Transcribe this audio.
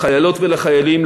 לחיילות ולחיילים,